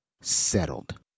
settled